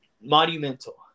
monumental